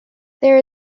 there